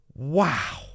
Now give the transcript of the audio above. Wow